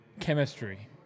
chemistry